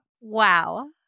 Wow